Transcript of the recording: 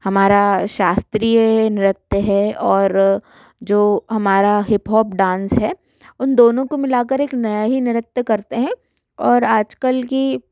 हमारा शास्त्रीय नृत्य हैं और जो हमारा हिपहॉप डांस है उन दोनों मिल के एक नया ही नृत्य करते हैं और आज कल की